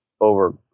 over